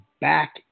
back